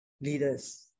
leaders